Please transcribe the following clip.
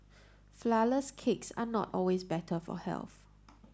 flourless cakes are not always better for health